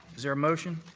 is there a motion?